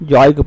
Joy